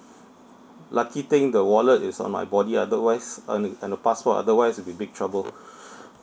lucky thing the wallet is on my body otherwise and the and the passport otherwise it'd be big trouble